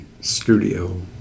studio